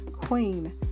queen